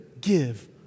give